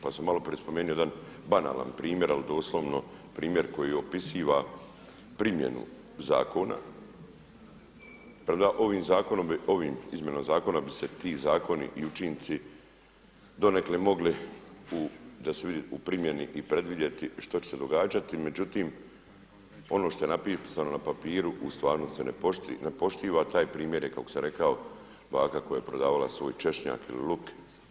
Pa sam malo prije spomenuo jedan banalan primjer, ali doslovno primjer koji opisiva primjenu zakona jel ovim izmjenama zakona bi se ti zakoni i učinci donekle mogli u primjeni predvidjeti što će se događati, međutim ono što je napisano na papiru u stvarnosti se ne poštiva, taj primjer kao što sam rekao baka koja je prodavala svoj češnjak ili luk.